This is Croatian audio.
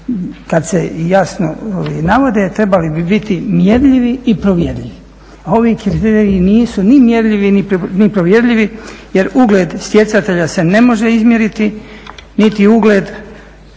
kad se jasno i navode trebali bi biti mjerljivi i provjerljivi, a ovi kriteriji nisu ni mjerljivi ni provjerljivi jer ugled stjecatelja se ne može izmjeriti, niti ugled i